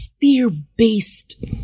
fear-based